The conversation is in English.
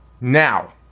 Now